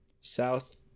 South